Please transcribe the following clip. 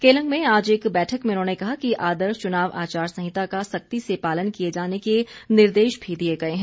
केलंग में आज एक बैठक में उन्होंने कहा कि आदर्श चुनाव आचार संहिता का सख्ती से पालन किए जाने के निर्देश भी दिए गए हैं